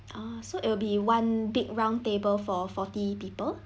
ah so it'll be one big round table for forty people